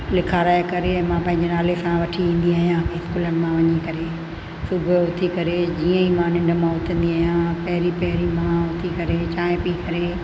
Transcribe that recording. लिखाराइ करे ऐं मां पंहिंजे नाले सां वठी ईंदी आहियां स्कूल मां वञी करे सुबुह उथी करे जीअं ई मां निंड मां उथंदी आहियां पहिरीं पहिरीं मां उथी करे चांहिं पी करे